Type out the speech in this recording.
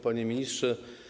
Panie Ministrze!